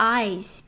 eyes